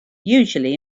usually